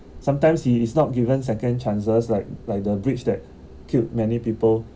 sometimes he is not given second chances like like the bridge that killed many people